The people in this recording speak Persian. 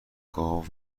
گاو